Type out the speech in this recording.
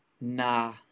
nah